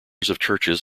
churches